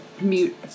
mute